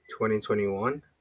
2021